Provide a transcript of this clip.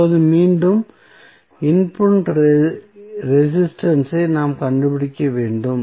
இப்போது மீண்டும் input resistance ஐ நாம் கண்டுபிடிக்க வேண்டும்